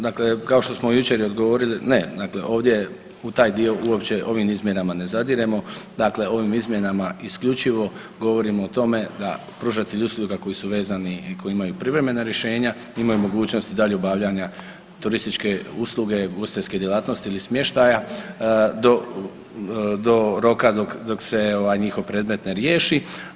Dakle, kao što smo jučer odgovori, ne, ovdje u taj dio uopće ovim izmjenama ne zadiremo, dakle ovim izmjenama isključivo govorimo o tome da pružatelji usluga koji su vezani i koji imaju privremena rješenja imaju mogućnosti dalje obavljanja turističke usluge ugostiteljske djelatnosti ili smještaja do roka dok se njihov predmet ne riješi.